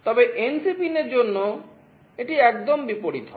তবে NC পিনের জন্য এটি একদম বিপরীত হয়